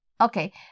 Okay